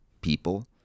people